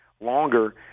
longer